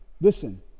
Listen